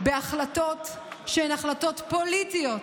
בהחלטות שהן החלטות פוליטיות,